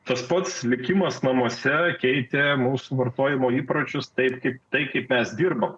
tas pats likimas namuose keitė mūsų vartojimo įpročius taip kaip tai kaip mes dirbo